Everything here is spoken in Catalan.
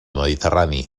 mediterrani